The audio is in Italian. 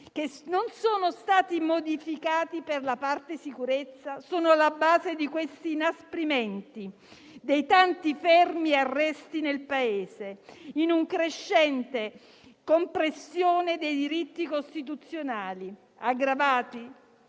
che non sono stati modificati per la parte sicurezza, sono la base di questi inasprimenti e dei tanti fermi e arresti nel Paese, in una crescente compressione dei diritti costituzionali, aggravata